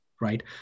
right